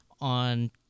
on